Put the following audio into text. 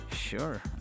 Sure